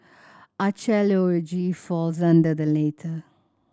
archaeology falls under the latter